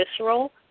visceral